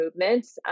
movements